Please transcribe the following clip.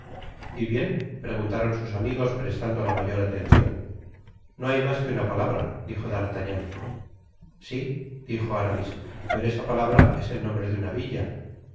y bien preguntaron sus amigos prestando la mayor atencion no hay mas que una pa'abra dijo d'artagnan si dijo aramis pero esa pa'abra es el nombre de una vilta